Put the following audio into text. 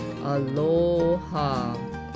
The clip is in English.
Aloha